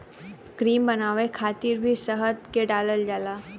cream बनावे खातिर भी शहद के डालल जाला